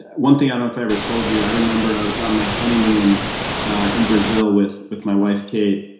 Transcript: one thing i don't know if i ever told you, i remember i was on my honeymoon in brazil with with my wife kate